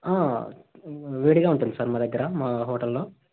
వేడిగా ఉంటుంది సార్ మా దగ్గర మా హోటల్లో